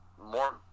More